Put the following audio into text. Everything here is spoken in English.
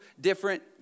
different